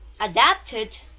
adapted